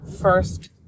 first